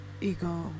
ego